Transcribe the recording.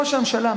ראש הממשלה,